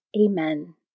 Amen